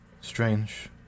Strange